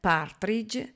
Partridge